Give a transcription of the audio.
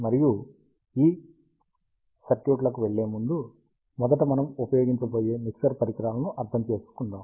మరియు ఈ సర్క్యూట్లకు వెళ్లేముందు మొదట మనం ఉపయోగించబోయే మిక్సర్ పరికరాలను అర్థం చేసుకుందాం